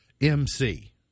MC